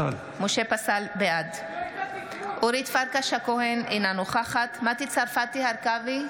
בעד אורית פרקש הכהן, אינה נוכחת מטי צרפתי הרכבי,